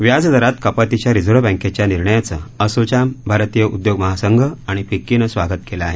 व्याजदरात कपातीच्या रिझर्व्ह बँकेच्या निर्णयाचं असोचॅम भारतीय उद्योग महासंघ आणि फिक्कीनं स्वागत केलं आहे